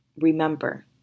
remember